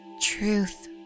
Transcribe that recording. truth